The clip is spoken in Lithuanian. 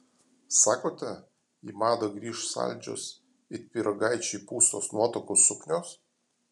sakote į madą grįš saldžios it pyragaičiai pūstos nuotakų suknios